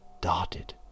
darted